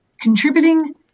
contributing